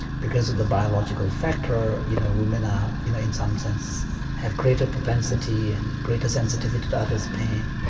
because of the biological factor, you know, women um you know in some sense have greater propensity and greater sensitivity to other's pain.